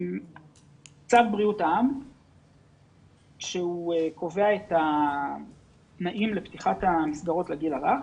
צו בריאות העם קובע את התנאים לפתיחת המסגרות לגיל הרך,